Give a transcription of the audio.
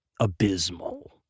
abysmal